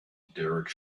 derek